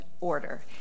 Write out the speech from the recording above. order